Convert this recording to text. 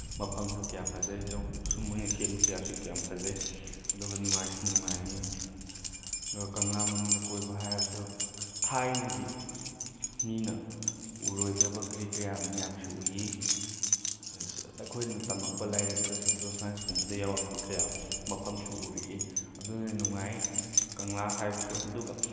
ꯃꯐꯝꯁꯨ ꯀꯌꯥ ꯐꯖꯩ ꯂꯧꯕꯨꯛꯁꯨ ꯃꯣꯏꯅ ꯁꯦꯝꯕ ꯀꯌꯥꯁꯨ ꯀꯌꯥꯝ ꯐꯖꯩ ꯑꯗꯨꯒ ꯅꯨꯡꯉꯥꯏꯁꯨ ꯅꯨꯡꯉꯥꯏ ꯑꯗꯨꯒ ꯀꯪꯂꯥ ꯃꯅꯨꯡꯗ ꯀꯣꯏꯕ ꯍꯥꯏꯕꯁꯨ ꯊꯥꯏꯅꯒꯤ ꯃꯤꯅ ꯎꯔꯣꯏꯗꯕ ꯀ꯭ꯔꯤ ꯀꯌꯥ ꯃꯌꯥꯝꯁꯨ ꯎꯏ ꯑꯩꯈꯣꯏꯅ ꯇꯝꯃꯛꯄ ꯂꯥꯏꯔꯤꯛꯇ ꯁꯣꯁꯦꯜ ꯁꯥꯏꯟꯁꯀꯨꯝꯕꯗ ꯌꯥꯎꯔꯛꯄ ꯀꯌꯥ ꯃꯐꯝꯁꯨ ꯎꯔꯛꯏ ꯑꯗꯨꯅ ꯅꯨꯡꯉꯥꯏ ꯀꯪꯂꯥ ꯍꯥꯏꯕꯁꯨ ꯑꯗꯨꯒ